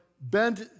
bent